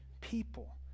people